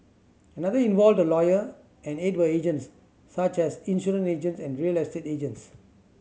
another involved a lawyer and eight were agents such as insurance agents and real estate agents